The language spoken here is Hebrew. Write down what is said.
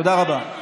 תודה רבה.